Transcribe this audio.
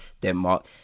Denmark